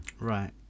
Right